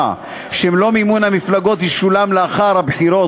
שמלוא מימון המפלגות ישולם לאחר הבחירות,